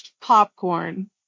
popcorn